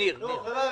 ניר בזכות דיבור.